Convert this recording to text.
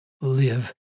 live